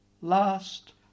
Last